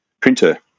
printer